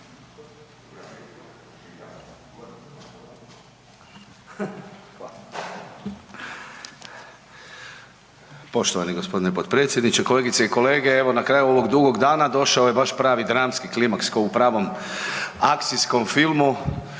Poštovani g. potpredsjedniče, kolegice i kolege. Evo na kraju ovog dugog dana došao je baš pravi dramski klimaks ko u pravom akcijskom filmu.